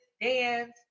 dance